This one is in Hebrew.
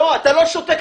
לא, אתה לא שותק.